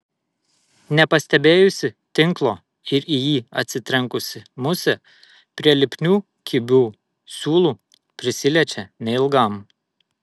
nepastebėjusi tinklo ir į jį atsitrenkusi musė prie lipnių kibių siūlų prisiliečia neilgam